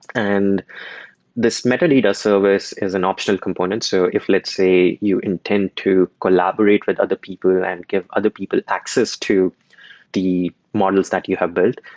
and this metadata service is an optional component. so if let's say you intend to collaborate with other people and give other people access to the models that you have built.